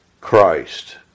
Christ